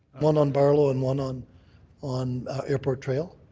one on barlow and one on on airport trail?